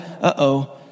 uh-oh